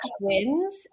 twins